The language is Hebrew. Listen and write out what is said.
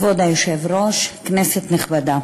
כבוד היושב-ראש, כנסת נכבדה,